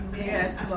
Yes